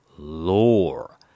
Lore